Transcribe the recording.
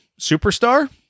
Superstar